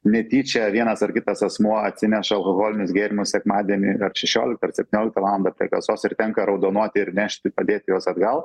netyčia vienas ar kitas asmuo atsineša alkoholinius gėrimus sekmadienį šešioliktą ar septynioliktą valandą prie kasos ir tenka raudonuoti ir nešti padėti juos atgal